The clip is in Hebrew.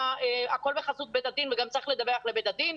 הכול בחסות בית הדין וגם צריך לדווח לבית הדין,